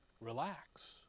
Relax